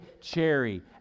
cherry